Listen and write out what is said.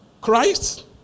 Christ